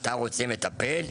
אתה רוצה מטפל?